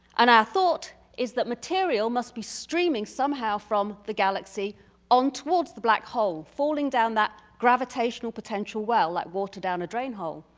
and our thought is that material must be streaming somehow from the galaxy on towards the black hole. falling down that gravitational potential well like water down a drain hole.